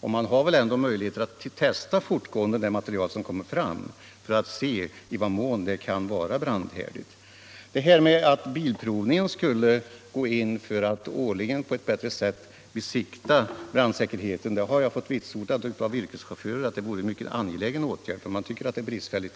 Det borde ändå finnas möjligheter att fortlöpande testa de material som kommer fram för att se i vad mån de är brandhärdiga. Jag vill också framhålla att yrkeschaufförer har vitsordat att det är en mycket angelägen åtgärd att bilprovningen årligen kontrollerar brandsäkerheten på ett bättre sätt. Förhållandena är bristfälliga